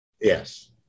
yes